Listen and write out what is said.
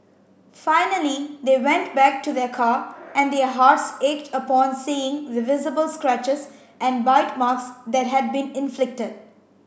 finally they went back to their car and their hearts ached upon seeing the visible scratches and bite marks that had been inflicted